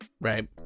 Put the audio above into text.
Right